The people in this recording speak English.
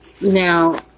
Now